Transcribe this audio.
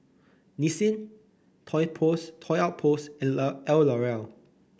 Nissin Toy Outpost and Love and Oreallowell